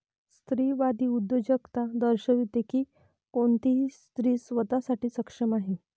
स्त्रीवादी उद्योजकता दर्शविते की कोणतीही स्त्री स्वतः साठी सक्षम आहे